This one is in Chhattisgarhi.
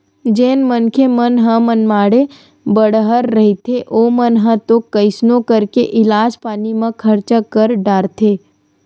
जेन मनखे मन ह मनमाड़े बड़हर रहिथे ओमन ह तो कइसनो करके इलाज पानी म खरचा कर डारथे